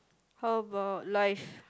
how about life